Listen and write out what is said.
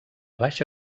baixa